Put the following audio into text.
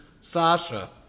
Sasha